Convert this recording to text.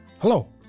Hello